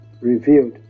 revealed